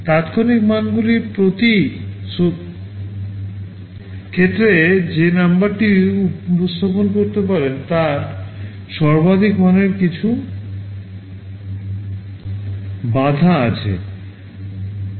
তাত্ক্ষণিক মানগুলির প্রতি ক্ষেত্রে যে নাম্বারটি উপস্থাপন করতে পারেন তার সর্বাধিক মানের উপর কিছু বাধা রয়েছে